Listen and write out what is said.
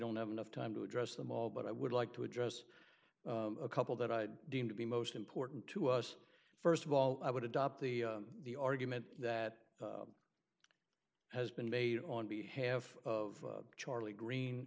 don't have enough time to address them all but i would like to address a couple that i deem to be most important to us st of all i would adopt the the argument that has been made on we have of charlie green